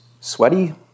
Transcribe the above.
sweaty